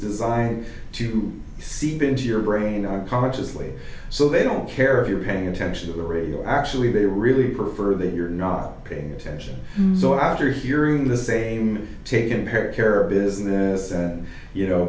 designed to see into your brain consciously so they don't care if you're paying attention to the radio actually they really prefer that you're not paying attention so after hearing the same taken care of business and you know